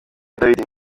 dawidi